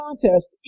contest